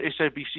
SABC